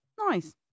nice